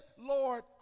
Lord